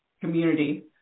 community